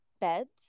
beds